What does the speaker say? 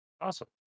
Awesome